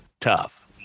tough